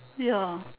ya